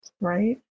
Right